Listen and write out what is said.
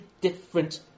different